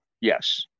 yes